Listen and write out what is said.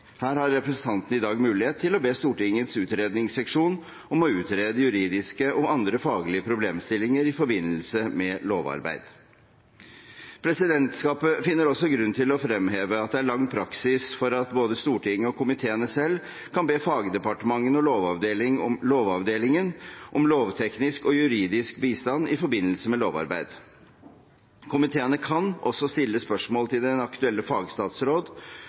Her har representantene i dag mulighet til å be Stortingets utredningsseksjon om å utrede juridiske og andre faglige problemstillinger i forbindelse med et lovarbeid. Presidentskapet finner også grunn til å fremheve at det er lang praksis for at både Stortinget og komiteene selv kan be fagdepartementene og Lovavdelingen om lovteknisk og juridisk bistand i forbindelse med lovarbeid. Komiteene kan også stille spørsmål til den aktuelle fagstatsråd